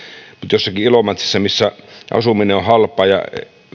jossakin ilomantsissa missä asuminen on halpaa ja